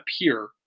appear